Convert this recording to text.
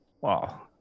wow